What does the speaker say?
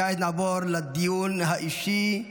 כעת נעבור לדיון האישי.